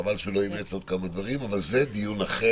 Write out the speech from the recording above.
חבל שהוא לא אימץ עוד כמה דברים, אבל זה דיון אחר,